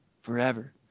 forever